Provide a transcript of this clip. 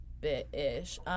bit-ish